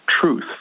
truth